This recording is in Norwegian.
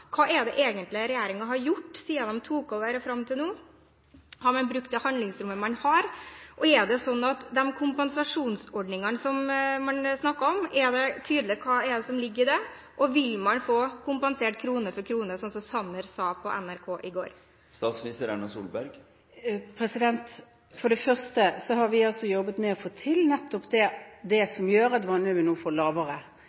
Hva er det egentlig regjeringen har gjort siden den tok over og fram til nå? Har man brukt det handlingsrommet man har? De kompensasjonsordningene man snakker om, er det tydelig hva som ligger i det? Og vil man få kompensert krone for krone, som Sanner sa på NRK i går? For det første har vi jobbet med å få til nettopp det